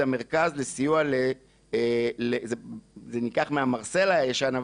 מרסלה זה המרכז לסיוע וזה נלקח מהמרסלה הישן,